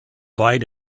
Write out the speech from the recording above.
fight